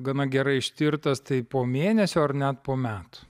gana gerai ištirtas tai po mėnesio ar net po metų